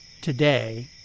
Today